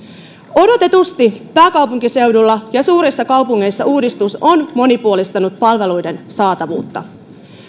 odotetusti pääkaupunkiseudulla ja suurissa kaupungeissa uudistus on monipuolistanut palveluiden saatavuutta